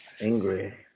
angry